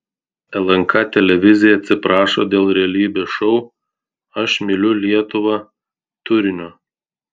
lnk televizija atsiprašo dėl realybės šou aš myliu lietuvą turinio